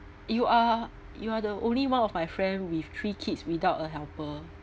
you are you are the only one of my friend with three kids without a helper